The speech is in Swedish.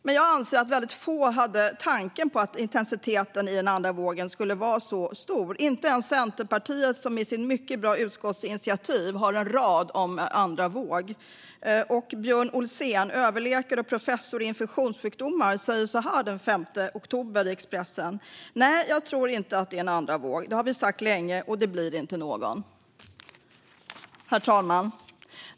Men jag anser att väldigt få hade en tanke på att intensiteten i den andra vågen skulle vara så stor. Inte ens Centerpartiet har i sitt mycket bra utskottsinitiativ en rad om en andra våg. Och Björn Olsen, överläkare och professor i infektionssjukdomar, säger så här den 5 oktober i Expressen: Nej, jag tror inte att det är en andra våg. Det har vi sagt länge, och det blir inte någon. Herr talman!